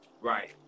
Right